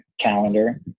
calendar